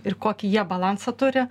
ir kokį jie balansą turi